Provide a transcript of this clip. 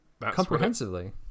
Comprehensively